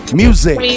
music